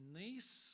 niece